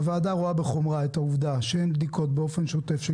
הוועדה רואה בחומרה את העובדה שאין בדיקות באופן שוטף של